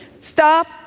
Stop